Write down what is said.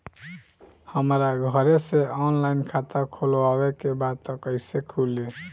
हमरा घरे से ऑनलाइन खाता खोलवावे के बा त कइसे खुली?